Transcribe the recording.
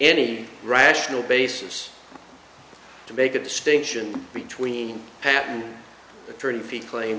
any rational basis to make a distinction between patent attorney fees claims